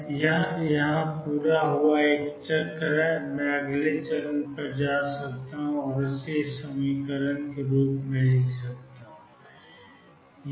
यह यहाँ से पूरा हुआ एक चक्र है मैं अगले चरण पर जा सकता हूँ और 2xψxxx लिख सकता हूँ